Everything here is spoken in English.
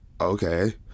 okay